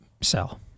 Sell